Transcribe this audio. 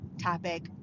topic